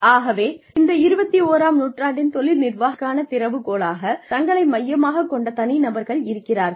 ஆகவே இந்த 21 ஆம் நூற்றாண்டின் தொழில் நிர்வாகத்திற்கான திறவு கோலாக தங்களை மையமாக கொண்ட தனி நபர்கள் இருக்கிறார்கள்